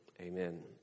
Amen